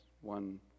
one